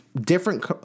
different